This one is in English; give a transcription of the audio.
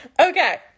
Okay